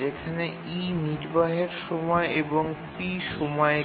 যেখানে e নির্বাহের সময় এবং p সময়কাল